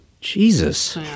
Jesus